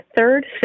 third